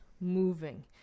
moving